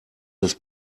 das